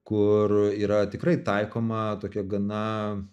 kur yra tikrai taikoma tokia gana